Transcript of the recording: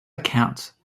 accounts